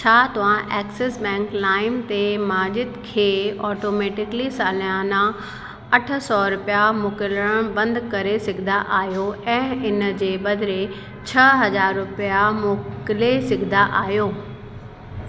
छा तव्हां Axis Bank लाइम ते माजिद खे ऑटोमैटिकली सालियाना अठ सौ रुपया मोकिलणु बंदि करे सघंदा आहियो ऐं इन जे बदिरे छह हज़ार रुपया मोकिले सघंदा आहियो